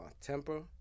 Temper